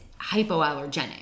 hypoallergenic